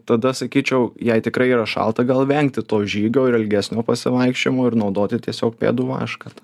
tada sakyčiau jei tikrai yra šalta gal vengti to žygio ir ir ilgesnio pasivaikščiojimo ir naudoti tiesiog pėdų vašką